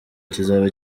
kizaba